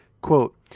Quote